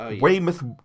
Weymouth